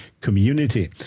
community